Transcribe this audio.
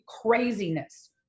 craziness